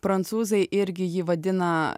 prancūzai irgi jį vadina